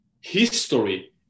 history